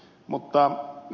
mutta ed